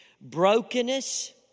Brokenness